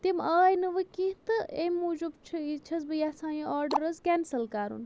تِم آے نہٕ وۅنۍ کیٚنٛہہ تہٕ اَمہِ موٗجوٗب چھِ یہِ چھَس بہٕ یَژھان یہِ آرڈَر حظ کٮ۪نسل کَرُن